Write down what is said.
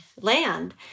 land